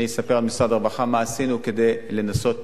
אני אספר על משרד הרווחה, מה עשינו כדי לנסות